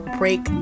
break